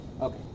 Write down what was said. Okay